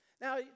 Now